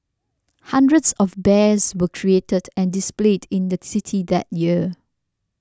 hundreds of bears were created and displayed in the city that year